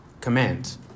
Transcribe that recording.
Command